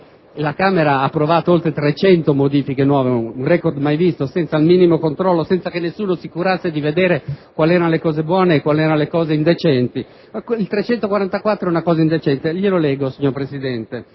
la Camera ha approvato oltre 300 nuove modifiche, un *record* mai visto, senza il minimo controllo, senza che nessuno si curasse di vedere quali erano le cose buone e le cose indecenti. Il comma 344 è indecente e glielo leggo, signor Presidente: